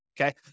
okay